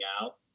out